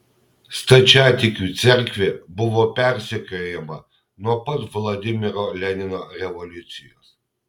stačiatikių cerkvė buvo persekiojama nuo pat vladimiro lenino revoliucijos